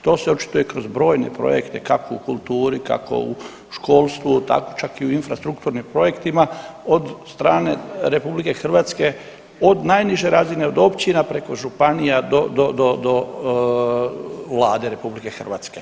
To se očituje kroz brojne projekte, kako u kulturi, kako u školstvu, čak i u infrastrukturnim projektima od strane RH, od najniže razine, od općina preko županija do, do, do Vlade RH.